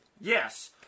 Yes